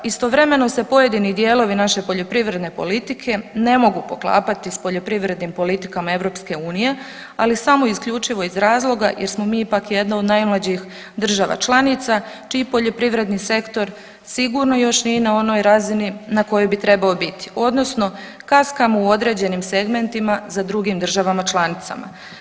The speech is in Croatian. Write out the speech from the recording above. Istovremeno se pojedini dijelovi naše poljoprivredne politike ne mogu poklapati s poljoprivrednim politikama EU, ali samo isključivo iz razloga jer smo ipak jedno od najmlađih država članica čiji poljoprivredni sektor sigurno još nije na onoj razini na kojoj bi trebao biti odnosno kaskamo u određenim segmentima za drugim državama članicama.